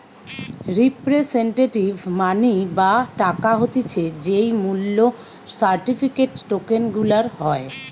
representative money বা টাকা হতিছে যেই মূল্য সার্টিফিকেট, টোকেন গুলার হয়